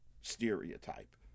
stereotype